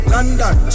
London